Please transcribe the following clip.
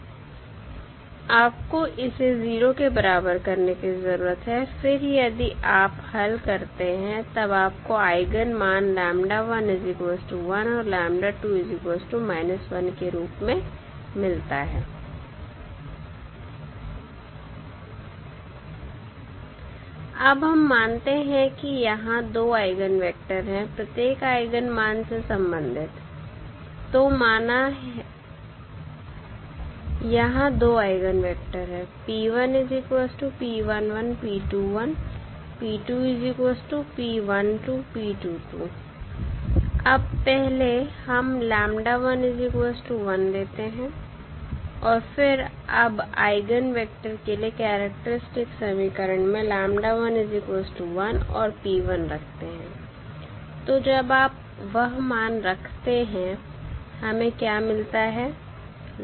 आपको इसे 0 के बराबर करने की जरूरत है फिर यदि आप हल करते हैं तब आपको आइगन मान के रूप में मिलता है अब हम मानते हैं कि यहां दो आइगन वेक्टर है प्रत्येक आइगन मान से संबंधित तो माना यहां दो आइगन वेक्टर है अब पहले हम लेते हैं और फिर अब आइगन वेक्टर के लिए कैरेक्टरिस्टिक समीकरण में रखते हैं तो जब आप वह मान रखते हैं हमें क्या मिलता है